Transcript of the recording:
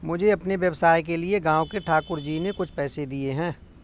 मुझे अपने व्यवसाय के लिए गांव के ठाकुर जी ने कुछ पैसे दिए हैं